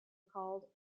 called